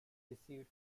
received